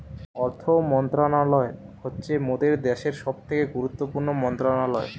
অর্থ মন্ত্রণালয় হচ্ছে মোদের দ্যাশের সবথেকে গুরুত্বপূর্ণ মন্ত্রণালয়